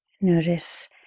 Notice